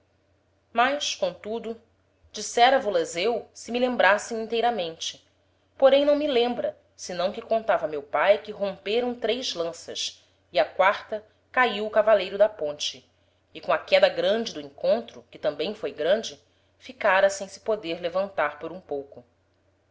mas comtudo dissera vo las eu se me lembrassem inteiramente porém não me lembra senão que contava meu pae que romperam três lanças e á quarta caiu o cavaleiro da ponte e com a queda grande do encontro que tambem foi grande ficára sem se poder levantar por um pouco